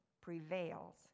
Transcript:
prevails